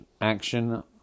action